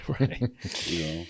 Right